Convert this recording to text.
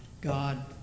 God